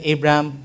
Abraham